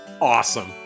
Awesome